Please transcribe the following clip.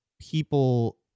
people